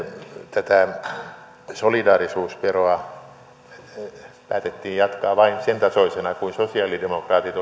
tätä solidaarisuusveroa päätettiin jatkaa vain sen tasoisena kuin sosialidemokraatit